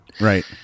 Right